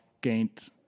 gained